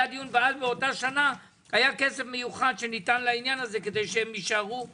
היה כסף מיוחד באותה שנה שניתן לעניין הזה כדי שהם יישארו ב-60-40.